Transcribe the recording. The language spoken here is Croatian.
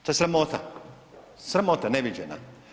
To je sramota, sramota neviđena.